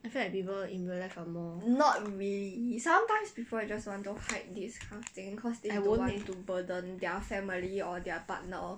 I feel like people in real life are more I don't want leh